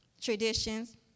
traditions